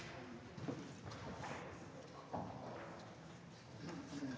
Tak